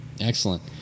Excellent